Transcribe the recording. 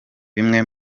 bimwe